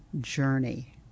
Journey